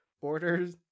orders